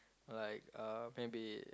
like uh maybe